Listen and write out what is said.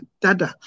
dada